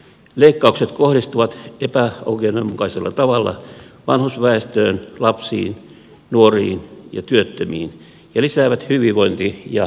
leikkaukset kohdistuvat epäoikeudenmukaisella tavalla vanhusväestöön lapsiin nuoriin ja työttömiin ja lisäävät hyvinvointi ja koulutuseroja